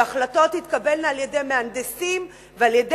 וההחלטות תתקבלנה על-ידי מהנדסים ועל-ידי